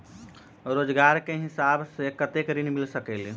रोजगार के हिसाब से कतेक ऋण मिल सकेलि?